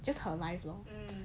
just her life lor